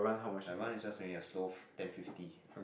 my mom is just finish a slow ten fifty